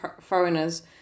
foreigners